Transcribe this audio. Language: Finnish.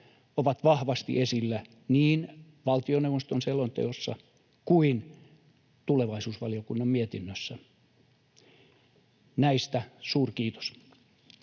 ovat vahvasti esillä niin valtioneuvoston selonteossa kuin tulevaisuusvaliokunnan mietinnössä — näistä suurkiitos.